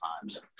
times